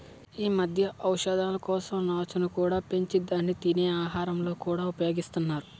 ఈ మధ్య ఔషధాల కోసం నాచును కూడా పెంచి దాన్ని తినే ఆహారాలలో కూడా ఉపయోగిస్తున్నారు